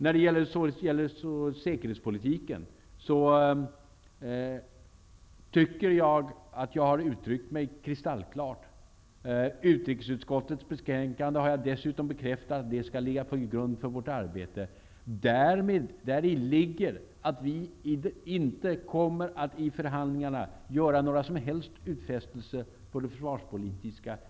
När det gäller säkerhetspolitiken tycker jag att jag har uttryckt mig kristallklart. Jag har dessutom bekräftat att utskottets betänkande skall ligga till grund för vårt arbete. Däri ligger att vi i förhandlingarna inte kommer att göra några utfästelser på försvarsområdet.